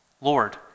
Lord